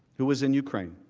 who was in ukraine.